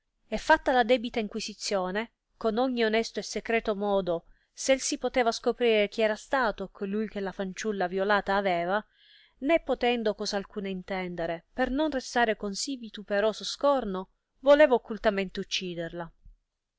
e fatta la debita inquisizione con ogni onesto e secreto modo se si poteva scoprire chi era stato colui che la fanciulla violata aveva né potendo cosa alcuna intendere per non restar con sì vituperoso scorno voleva occultamente ucciderla